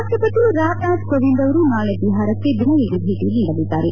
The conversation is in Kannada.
ರಾಷ್ಟಪತಿ ರಾಮನಾಥ ಕೋವಿಂದ್ ಅವರು ನಾಳೆ ಬಿಹಾರಕ್ಕೆ ದಿನವಿಡೀ ಭೇಟ ನೀಡಲಿದ್ದಾರೆ